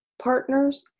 partners